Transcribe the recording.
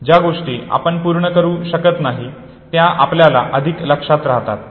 ज्या गोष्टी आपण पूर्ण करू शकत नाही त्या आपल्याला अधिक लक्षात राहतात